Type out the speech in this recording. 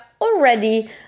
already